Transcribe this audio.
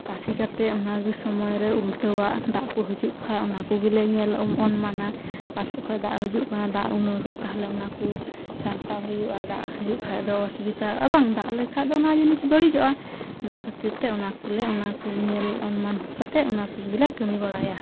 ᱛᱟᱥᱮ ᱠᱟᱛᱮᱫ ᱚᱱᱟᱜᱮ ᱥᱚᱢᱚᱭᱨᱮ ᱩᱞᱴᱟᱹᱣᱟᱜ ᱫᱟᱜᱠᱚ ᱦᱟᱹᱡᱩᱜ ᱠᱷᱟᱡ ᱚᱱᱟᱠᱚᱜᱮ ᱞᱮ ᱧᱮᱞ ᱚᱱᱢᱟᱱᱟ ᱚᱠᱟᱥᱮᱪ ᱠᱷᱚᱡ ᱫᱟᱜ ᱦᱟᱹᱡᱩᱜ ᱠᱟᱱᱟ ᱫᱟᱜ ᱩᱨᱱᱟᱹᱣᱫᱟ ᱛᱟᱦᱞᱮ ᱚᱱᱟᱠᱚ ᱥᱟᱢᱴᱟᱣ ᱦᱩᱭᱩᱜᱼᱟ ᱫᱟᱜ ᱦᱟᱹᱡᱩᱜ ᱠᱷᱟᱡᱫᱚ ᱚᱥᱩᱵᱤᱛᱟ ᱮᱵᱚᱝ ᱫᱟᱜ ᱞᱮᱠᱷᱟᱡᱫᱚ ᱚᱱᱟ ᱡᱤᱱᱤᱥ ᱵᱟᱹᱲᱤᱡᱚᱜᱼᱟ ᱚᱱᱟ ᱠᱷᱹᱟᱛᱤᱨᱛᱮ ᱚᱱᱟᱠᱚᱞᱮ ᱚᱱᱟᱠᱚ ᱧᱮᱞ ᱚᱱᱢᱟᱱ ᱠᱟᱛᱮᱫ ᱚᱱᱟᱠᱚᱜᱮᱞᱮ ᱠᱟᱹᱢᱤ ᱵᱲᱟᱭᱟ